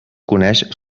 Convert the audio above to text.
coneix